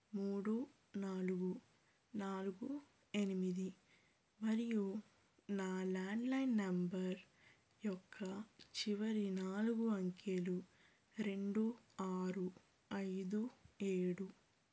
మూడు నాలుగు నాలుగు ఎనిమిది మరియు నా ల్యాండ్లైన్ నంబర్ యొక్క చివరి నాలుగు అంకెలు రెండు ఆరు ఐదు ఏడు